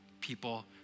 People